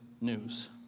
news